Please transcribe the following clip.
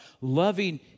loving